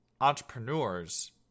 entrepreneurs